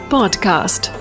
Podcast